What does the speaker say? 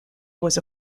was